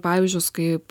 pavyzdžius kaip